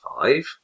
five